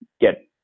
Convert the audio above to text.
get